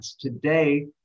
Today